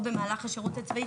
או במהלך השירות הצבאי,